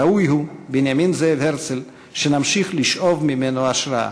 ראוי הוא בנימין זאב הרצל שנמשיך לשאוב ממנו השראה.